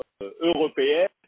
européenne